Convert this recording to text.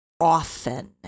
often